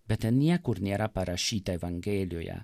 bet niekur nėra parašyta evangelijoje